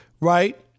right